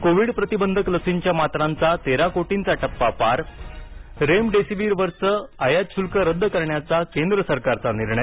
Covid प्रतिबंधक लसींच्या मात्रांचा तेरा कोटी टप्पा पार रेमिडिसिव्हवरचं आयात शुल्क रद्द करण्याचा केंद्र सरकारचा निर्णय